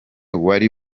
wari